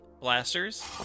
blasters